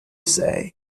say